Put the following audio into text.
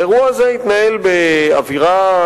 האירוע הזה התנהל באווירה,